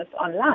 online